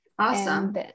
Awesome